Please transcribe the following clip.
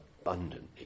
abundantly